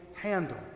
handle